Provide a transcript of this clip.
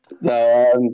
No